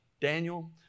Daniel